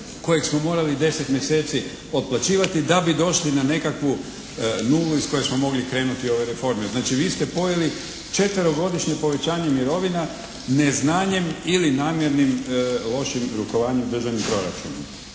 kojeg smo morali 10 mjeseci otplaćivati da bi došli na nekakvu nulu iz koje smo mogli krenuti ove reforme. Znači vi ste pojeli četverogodišnje povećanje mirovina neznanjem ili namjernim lošim rukovanjem državnim proračunom.